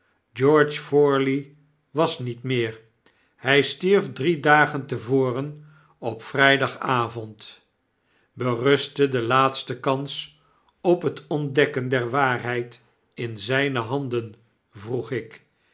george eorley was niet meer hy stierf drie dagen te voren op vrydagavond berustte de laatste kans op het ontdekken der waarheid in zyne handen vroeg ik